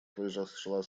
произошла